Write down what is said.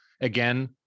again